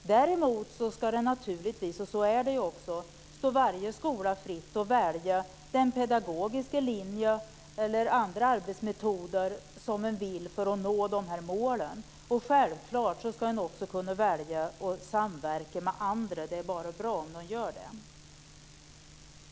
Däremot ska det naturligtvis, och så är det också, stå varje skola fritt att välja den pedagogiska linje eller andra arbetsmetoder som man vill för att nå dessa mål. Och självklart ska man också kunna välja att samverka med andra. Det är bara bra om man gör det.